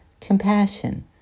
compassion